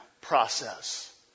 process